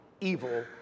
evil